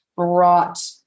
brought